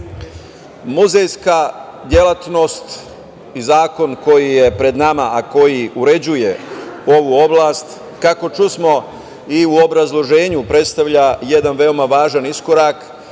podržati. Muzejska delatnost i zakon koji je pred nama, a koji uređuje ovu oblast, kako čusmo i u obrazloženju predstavlja jedan veoma važan iskorak,